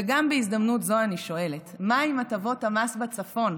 וגם בהזדמנות זו אני שואלת: מה עם הטבות המס בצפון?